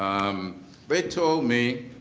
um they told me